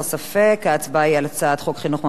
ההצבעה היא על הצעת חוק חינוך ממלכתי (תיקון,